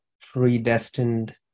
predestined